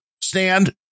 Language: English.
stand